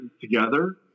together